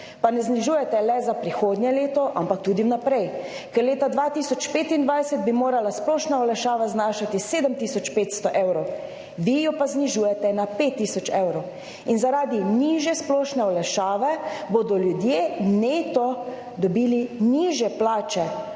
Pa ne znižujete le za prihodnje leto, ampak tudi vnaprej. Ker leta 2025 bi morala splošna olajšava znašati 7 tisoč 500 evrov, vi jo pa znižujete na 5 tisoč evrov. In zaradi nižje splošne olajšave bodo ljudje neto dobili nižje plače,